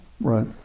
Right